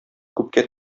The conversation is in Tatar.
күпкә